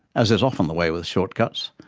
as is often the way with shortcuts,